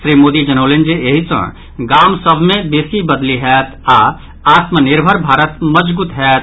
श्री मोदी जनौलनि जे एहि सँ गाम सभ मे बेसी बदलि होयत आओर आत्मनिर्भर भारत मजगूत होयत